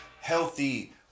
healthy